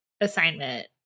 assignment